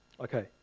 Okay